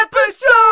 episode